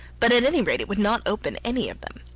but at any rate it would not open any of them.